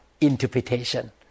interpretation